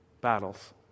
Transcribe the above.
battles